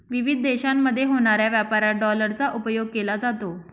विविध देशांमध्ये होणाऱ्या व्यापारात डॉलरचा उपयोग केला जातो